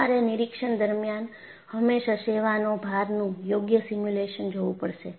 તમારે પરીક્ષણ દરમિયાન હંમેશા સેવાનો ભારનું યોગ્ય સિમ્યુલેશન જોવું પડશે